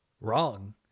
Wrong